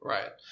Right